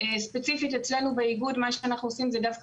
ספציפית אצלנו באיגוד מה שאנחנו עושים זה דווקא